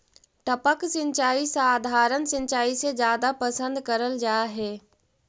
टपक सिंचाई सधारण सिंचाई से जादा पसंद करल जा हे